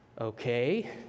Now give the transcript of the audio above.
okay